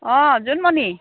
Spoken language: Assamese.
অঁ জোনমণি